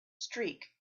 streak